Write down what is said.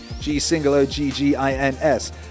G-single-O-G-G-I-N-S